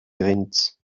grenzt